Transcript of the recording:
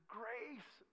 grace